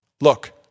Look